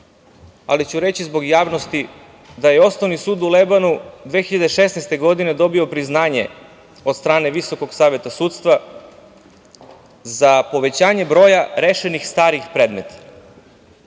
ali ću reći zbog javnosti da je Osnovni sud u Lebanu 2016. godine dobio priznanje od strane Visokog saveta sudstva za povećanje broja rešenih starih predmeta.